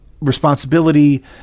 responsibility